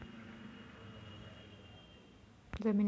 जमिनीखाली असलेल्या पाण्याला भोजल म्हणतात